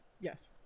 Yes